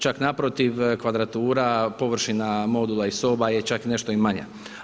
Čak naprotiv, kvadratura, površina modula i soba je čak nešto i manja.